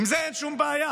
עם זה אין שום בעיה.